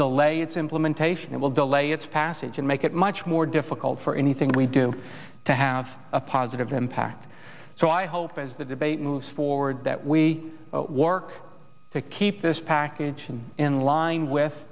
delay its implementation it will delay its passage and make it much more difficult for anything we do to have a positive impact so i hope as the debate moves forward that we work to keep this package in line with